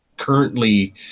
currently